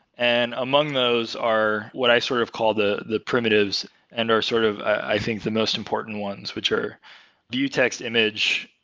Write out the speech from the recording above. and among those are what i sort of call the the primitives and are sort of i think the most important ones, which are you view text image,